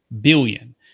billion